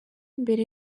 imbere